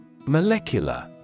Molecular